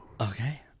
okay